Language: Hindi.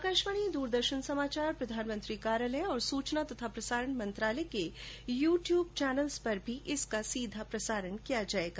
आकाशवाणी दूरदर्शन समाचार प्रधानमंत्री कार्यालय और सूचना तथा प्रसारण मंत्रालय के यूट्यूब चैलनों पर भी इसका सीधा प्रसारण किया जाएगा